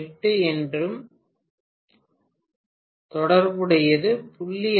8 என்றும் பாவம்  தொடர்புடையது 0